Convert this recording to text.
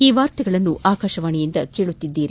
ಈ ವಾರ್ತೆಗಳನ್ನು ಆಕಾಶವಾಣೆಯಿಂದ ಕೇಳುತ್ತಿದ್ದೀರಿ